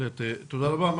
תודה רבה, בהחלט.